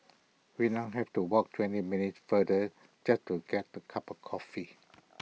we now have to walk twenty minutes farther just to get A cup of coffee